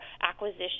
acquisition